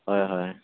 হয় হয়